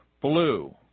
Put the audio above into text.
blue